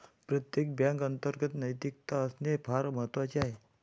प्रत्येक बँकेत अंतर्गत नैतिकता असणे फार महत्वाचे आहे